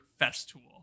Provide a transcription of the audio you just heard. Festool